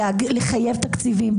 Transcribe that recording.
לחייב תקציבים,